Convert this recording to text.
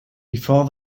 before